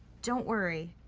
don't worry.